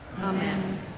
Amen